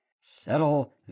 Settle